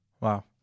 wow